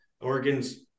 Oregon's